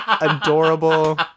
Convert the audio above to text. adorable